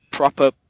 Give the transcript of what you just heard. Proper